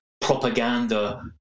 propaganda